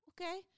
okay